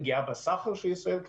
פגיעה בסחר של ישראל.